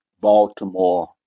Baltimore